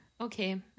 okay